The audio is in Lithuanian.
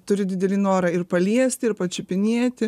turi didelį norą ir paliesti ir pačiupinėti